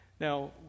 Now